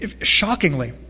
shockingly